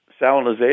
Salinization